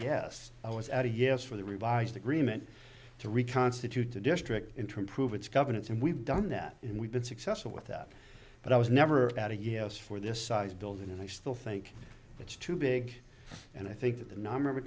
yes i was at a yes for the revised agreement to reconstitute the district interim prove it's governance and we've done that and we've been successful with that but i was never at a yes for this size building and i still think it's too big and i think that the number of